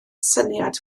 syniad